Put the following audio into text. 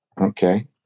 Okay